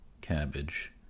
cabbage